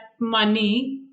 money